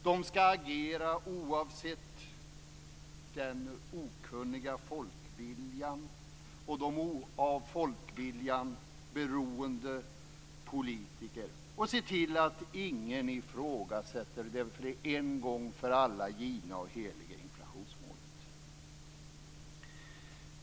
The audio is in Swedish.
De skall agera oavsett den okunniga folkviljan och de av folkviljan beroende politikerna och se till att ingen ifrågasätter det en gång för alla givna och heliga inflationsmålet.